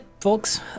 folks